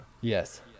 Yes